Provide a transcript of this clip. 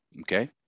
Okay